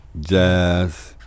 jazz